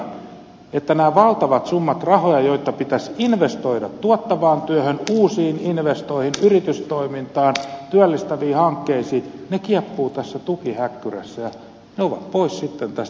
meillä käy nyt pian niin että nämä valtavat summat rahoja joita pitäisi investoida tuottavaan työhön uusiin investointeihin yritystoimintaan työllistäviin hankkeisiin kieppuvat tässä tukihäkkyrässä ja ne ovat pois sitten tästä taloudellisesta toiminnasta